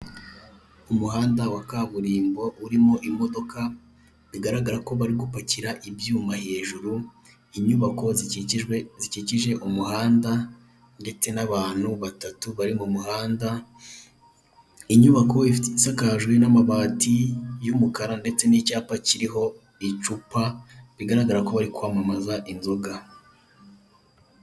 Umuhanda wa kaburimbo urimo imodoka bigaragara ko bari gupakira ibyuma hejuru, inyubako zikikijwe zikikije umuhanda ndetse n'abantu batatu bari mu muhanda, inyubako isakajwe n'amabati y'umukara ndetse n'icyapa kiriho icupa, bigaragara ko bari kwamamaza inzoga